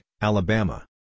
Alabama